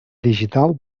digital